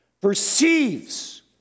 perceives